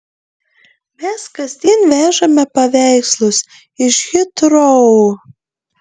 mes kasdien vežame paveikslus iš hitrou